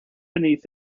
beneath